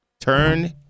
Turn